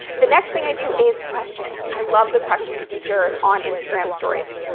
the next thing i do is questions. i love the questions feature on instagram stories.